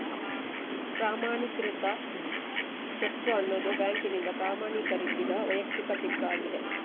ಪ್ರಮಾಣೀಕೃತ ಚೆಕ್ ಅನ್ನುದು ಬ್ಯಾಂಕಿನಿಂದ ಪ್ರಮಾಣೀಕರಿಸಿದ ವೈಯಕ್ತಿಕ ಚೆಕ್ ಆಗಿದೆ